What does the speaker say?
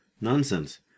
Nonsense